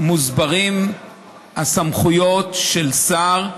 מוסברות הסמכויות של שר,